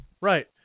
Right